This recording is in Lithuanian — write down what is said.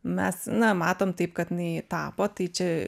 mes na matom taip kad jinai tapo tai čia